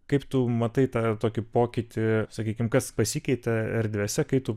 kaip tu matai tą tokį pokytį sakykim kas pasikeitė erdvėse kai tu